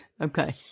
Okay